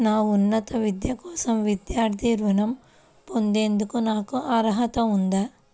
నా ఉన్నత విద్య కోసం విద్యార్థి రుణం పొందేందుకు నాకు అర్హత ఉందా?